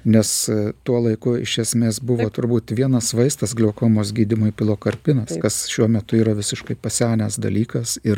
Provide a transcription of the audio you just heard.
nes tuo laiku iš esmės buvo turbūt vienas vaistas gliaukomos gydymui pilokarpinas kas šiuo metu yra visiškai pasenęs dalykas ir